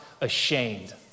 ashamed